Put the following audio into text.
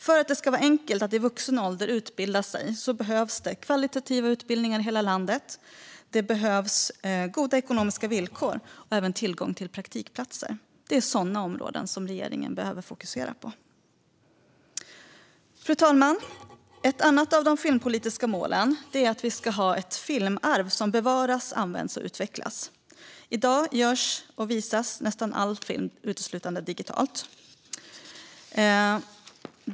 För att det ska vara enkelt att utbilda sig i vuxen ålder behövs kvalitativa utbildningar i hela landet liksom goda ekonomiska villkor och tillgång till praktikplatser. Det är sådana områden regeringen behöver fokusera på. Fru talman! Ett annat av de filmpolitiska målen är att vi ska ha ett filmarv som bevaras, används och utvecklas. I dag görs och visas nästan all film uteslutande digitalt.